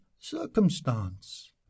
circumstance